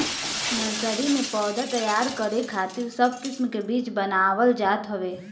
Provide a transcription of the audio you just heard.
nursery में पौधा तैयार करे खातिर सब किस्म के बीज बनावल जात हवे